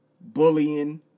Bullying